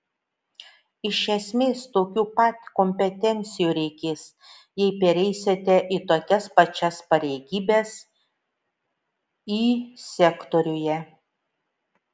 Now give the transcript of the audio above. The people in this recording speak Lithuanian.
iš esmės tokių pat kompetencijų reikės jei pereisite į tokias pačias pareigybes y sektoriuje